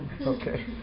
okay